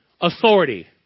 Authority